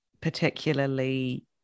particularly